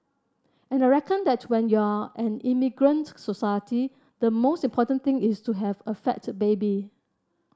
and I reckon that when you're an immigrant society the most important thing is to have a fat baby